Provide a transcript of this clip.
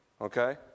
okay